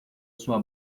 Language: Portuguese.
sua